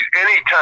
anytime